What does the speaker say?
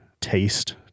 taste